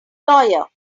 lawyer